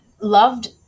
loved